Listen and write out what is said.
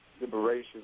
liberation